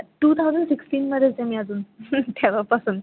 to thousand सिक्स्टीनमध्येच आहे मी अजून तेव्हापासून